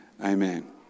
Amen